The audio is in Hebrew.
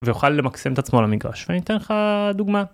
ויוכל למקסם את עצמו על המגרש ואני אתן לך דוגמא.